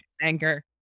anger